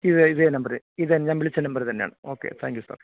ഇതേ ഇതേ നമ്പര് ഇത് ഞാൻ വിളിച്ച നമ്പര് തന്നെയാണ് ഓക്കെ താങ്ക്യൂ സർ